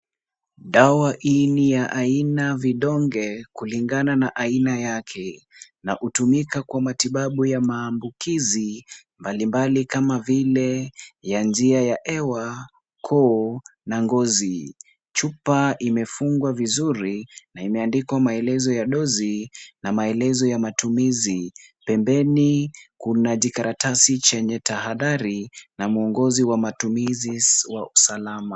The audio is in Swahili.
Dawa hii ni ya aina vidonge kulingana na aina yake na hutumika kwa matibabu ya maambukizi mbalimbali kama vile ya njia ya hewa, koo na ngozi. Chupa imefungwa vizuri na imeandikwa maeleza ya dosi na maelezo ya matumizi. Pembeni kuna jikaratasi chenye tahadhari na mwongozi wa matumizi salama.